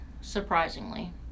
surprisingly